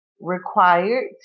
required